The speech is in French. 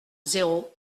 zéro